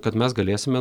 kad mes galėsime